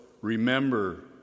Remember